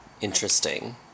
interesting